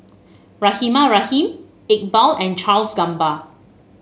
Rahimah Rahim Iqbal and Charles Gamba